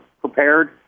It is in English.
prepared